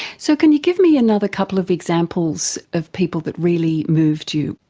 so can you give me another couple of examples of people that really moved you?